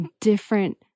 different